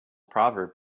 proverb